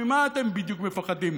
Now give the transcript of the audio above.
ממה אתם בדיוק מפחדים?